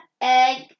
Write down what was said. egg